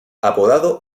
apodado